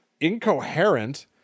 Incoherent